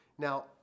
Now